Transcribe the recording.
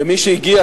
כמי שהגיע